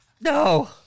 No